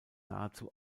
nahezu